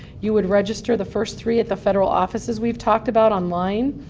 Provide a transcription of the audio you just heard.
you would register the first three at the federal offices we've talked about online.